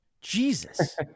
jesus